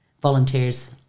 volunteers